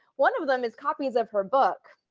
one of them is copies of her book